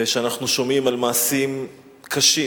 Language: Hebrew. וכשאנחנו שומעים על מעשים קשים,